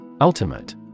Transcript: Ultimate